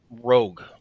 rogue